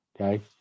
okay